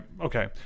Okay